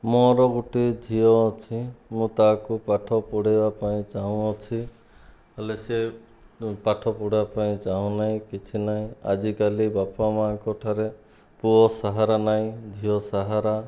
ମୋର ଗୋଟିଏ ଝିଅ ଅଛି ମୁଁ ତାକୁ ପାଠ ପଢ଼େଇବା ପାଇଁ ଚାହୁଁଅଛି ହେଲେ ସେ ପାଠ ପଢ଼ିବାପାଇଁ ଚାହୁଁ ନାହିଁ କିଛି ନାହିଁ ଆଜିକାଲି ବାପାମାଙ୍କ ଠାରେ ପୁଅ ସାହାରା ନାହିଁ ଝିଅ ସାହାରା